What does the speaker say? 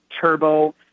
turbo